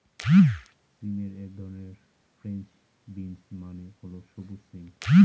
সিমের এক ধরন ফ্রেঞ্চ বিনস মানে হল সবুজ সিম